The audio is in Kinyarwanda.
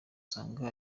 usanga